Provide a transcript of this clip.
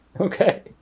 Okay